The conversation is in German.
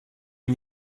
ihm